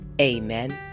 Amen